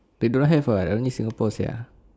they don't have [what] only singapore sia